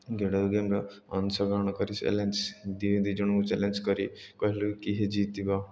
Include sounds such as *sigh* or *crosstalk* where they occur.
*unintelligible* ଗେମ୍ର ଅଂଶଗ୍ରହଣ କରି ଚ୍ୟାଲେଞ୍ଜ ଦୁଇ ଦୁଇ ଜଣଙ୍କୁ ଚ୍ୟାଲେଞ୍ଜ କରି କହିଲେ କି ଯିଏ ଜିତିବ